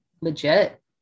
legit